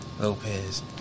Lopez